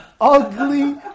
ugly